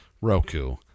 Roku